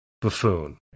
buffoon